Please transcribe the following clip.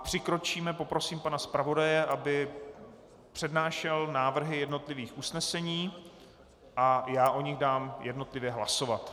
Přikročíme poprosím pana zpravodaje, aby přednášel návrhy jednotlivých usnesení, a já o nich dám jednotlivě hlasovat.